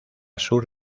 sur